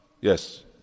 Yes